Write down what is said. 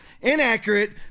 Inaccurate